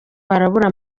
barabura